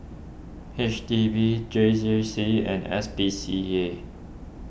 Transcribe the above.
H D B J J C and S P C A